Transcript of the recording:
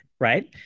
right